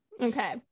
Okay